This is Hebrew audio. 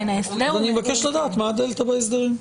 אני מבקש לדעת מה הדלתא בהסדרים.